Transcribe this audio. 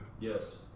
Yes